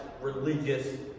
religious